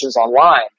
online